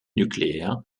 nucléaire